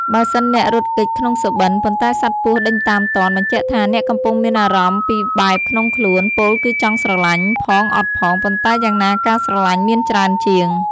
បើសិនអ្នករត់គេចក្នុងសុបិន ប៉ុន្តែសត្វពស់ដេញតាមទាន់ បញ្ជាក់ថា អ្នកកំពុងមានអារម្មណ៍ពីរបែបក្នុងខ្លួន ពោលគឺចង់ស្រលាញ់ ផងអត់ផង ប៉ុន្តែយ៉ាងណាការស្រឡាញ់មានច្រើនជាង។